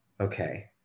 okay